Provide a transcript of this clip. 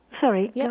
Sorry